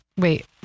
Wait